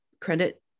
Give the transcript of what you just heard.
credit